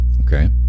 okay